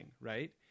right